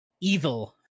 Evil